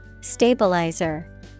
Stabilizer